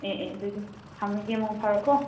ꯑꯦ ꯑꯦ ꯑꯗꯨꯗꯤ ꯊꯝꯂꯒꯦ ꯃꯪ ꯐꯔꯣꯀꯣ